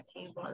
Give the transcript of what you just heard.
table